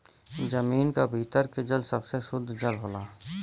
जमीन क भीतर के जल सबसे सुद्ध जल होला